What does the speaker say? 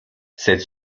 cette